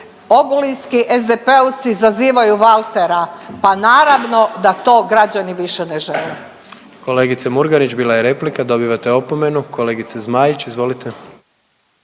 ogulinski SDP-ovci zazivaju Valtera, pa naravno da to građani više ne žele. **Jandroković, Gordan (HDZ)** Kolegice Murganić bila je replika, dobivate opomenu. Kolegice Zmaić, izvolite.